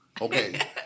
Okay